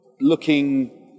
looking